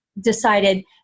decided